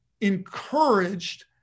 encouraged